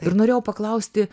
ir norėjau paklausti